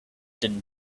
din